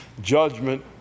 judgment